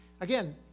Again